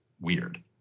weird